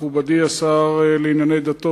מכובדי השר לענייני דתות,